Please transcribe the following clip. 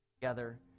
together